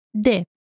De